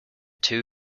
two